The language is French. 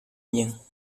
miens